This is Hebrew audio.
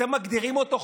אתם מגדירים אותו כחולה?